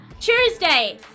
Tuesday